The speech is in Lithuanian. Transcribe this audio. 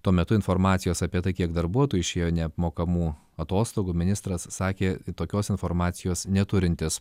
tuo metu informacijos apie tai kiek darbuotojų išėjo neapmokamų atostogų ministras sakė tokios informacijos neturintis